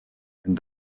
and